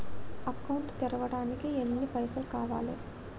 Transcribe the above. Account తెరవడానికి ఎన్ని పైసల్ కావాలే?